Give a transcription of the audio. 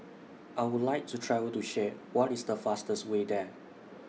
I Would like to travel to Chad What IS The fastest Way There